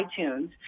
iTunes